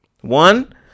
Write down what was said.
one